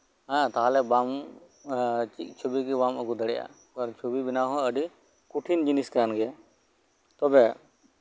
ᱦᱮᱸ ᱛᱟᱞᱦᱮ ᱵᱟᱢ ᱪᱮᱫ ᱪᱷᱚᱵᱤᱜᱮ ᱵᱟᱢ ᱟᱹᱜᱩ ᱫᱟᱲᱤᱭᱟᱜᱼᱟ ᱟᱨ ᱪᱷᱚᱵᱤ ᱵᱮᱱᱟᱣ ᱵᱮᱱᱟᱣ ᱦᱚᱸ ᱟᱹᱰᱤ ᱠᱚᱴᱷᱤᱱ ᱡᱤᱱᱤᱥ ᱠᱟᱱ ᱜᱮᱭᱟ ᱛᱚᱵᱮ